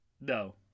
No